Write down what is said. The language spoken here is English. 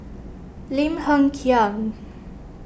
Lim Hng Kiang